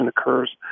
occurs